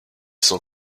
sont